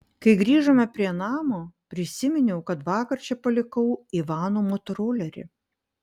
kai grįžome prie namo prisiminiau kad vakar čia palikau ivano motorolerį